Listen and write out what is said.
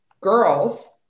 girls